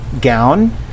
gown